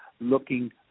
looking